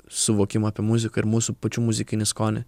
suvokimą apie muziką ir mūsų pačių muzikinį skonį